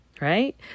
right